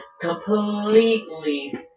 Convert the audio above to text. completely